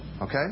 Okay